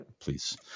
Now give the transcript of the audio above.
please